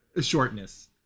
Shortness